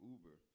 Uber